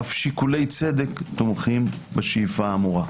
אף שיקולי צדק תומכים בשאיפה האמורה.